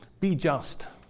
be just,